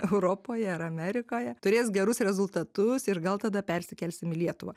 europoje ar amerikoje turės gerus rezultatus ir gal tada persikelsim į lietuvą